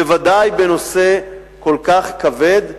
בוודאי בנושא כל כך כבד,